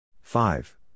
Five